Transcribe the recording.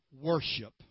worship